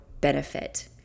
benefit